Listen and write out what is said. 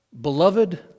Beloved